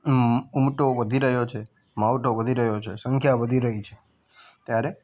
ઉમટો વધી રહ્યો છે માઉઠો વધી રહ્યો છે સંખ્યા વધી રહી છે ત્યારે